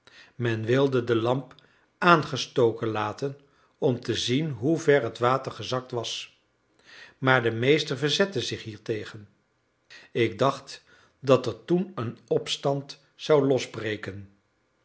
men wilde de lamp aangestoken laten om te zien hoever het water gezakt was maar de meester verzette zich hiertegen ik dacht dat er toen een opstand zou losbreken